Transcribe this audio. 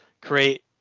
create